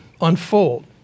unfold